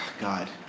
God